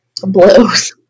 blows